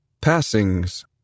Passings